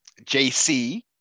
jc